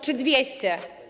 Czy 200?